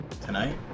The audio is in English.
Tonight